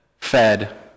Fed